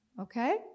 okay